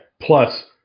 Plus